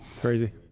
crazy